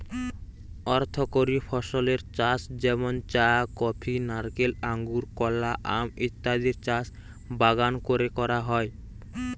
অর্থকরী ফসলের চাষ যেমন চা, কফি, নারকেল, আঙুর, কলা, আম ইত্যাদির চাষ বাগান কোরে করা হয়